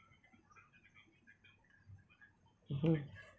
mmhmm